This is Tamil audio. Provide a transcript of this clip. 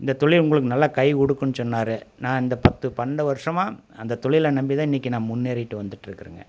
இந்தத் தொழில் உங்களுக்கு நல்லா கைக்கொடுக்குன்னு சொன்னார் நான் இந்த பத்து பன்னெண்டு வருஷமாக அந்த தொழிலை நம்பிதான் இன்றைக்கி நான் முன்னேறிட்டு வந்துட்டிருக்கேங்க